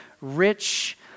rich